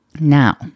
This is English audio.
Now